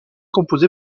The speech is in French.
composée